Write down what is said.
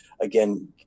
Again